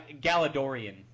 Galadorian